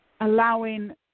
allowing